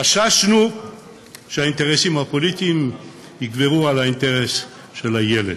חששנו שהאינטרסים הפוליטיים יגברו על האינטרס של הילד.